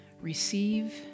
receive